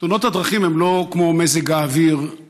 תאונות הדרכים הן לא כמו מזג האוויר,